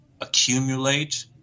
accumulate